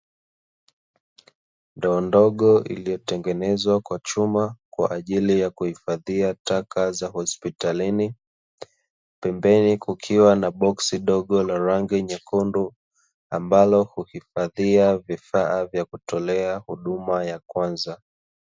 Ndoo ndogo iliyotengenezwa kwa chuma kwaajili ya kuhifadhia taka za hospitalini, pembeni kukiwa na boksi dogo la rangi nyekundu ambalo huifadhia vifaa vya kutolea huduma ya kwanza.